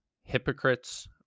hypocrites